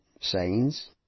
sayings